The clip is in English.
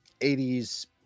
80s